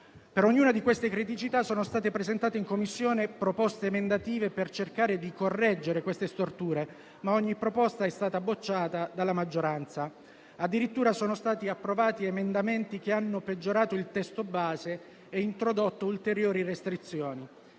Per ognuna di queste criticità sono state presentate in Commissione proposte emendative, nel tentativo di correggere tali storture, ma sono state tutte bocciate dalla maggioranza. Addirittura sono stati approvati emendamenti che hanno peggiorato il testo base e introdotto ulteriori restrizioni.